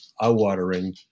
eye-watering